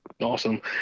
Awesome